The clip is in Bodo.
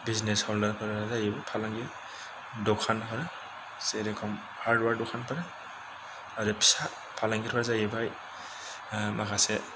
बिजिनेस हलडारफोरा जाहैबाय फालांगिआ दखानफोर जेरेखम हार्डवेर दखानफोर आरो फिसा फालांगिफ्रा जाहैबाय माखासे